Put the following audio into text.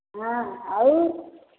हाँ और